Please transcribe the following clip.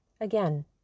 Again